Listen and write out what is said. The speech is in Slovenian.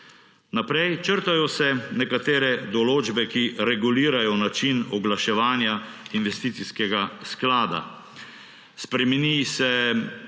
Naprej, črtajo se nekatere določbe, ki regulirajo način oglaševanja investicijskega sklada. Spremenijo se